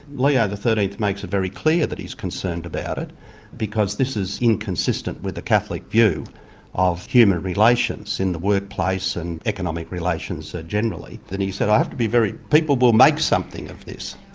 leo yeah the xiii makes it very clear that he's concerned about it because this is inconsistent with the catholic view of human relations in the workplace and economic relations generally. then he said i have to be very, people will make something of this.